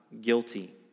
guilty